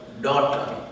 daughter